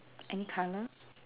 any colour